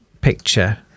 picture